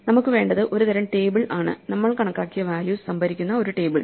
നമുക്ക് വേണ്ടത് ഒരു തരം ടേബിൾ ആണ് നമ്മൾ കണക്കാക്കിയ വാല്യൂസ് സംഭരിക്കുന്ന ഒരു ടേബിൾ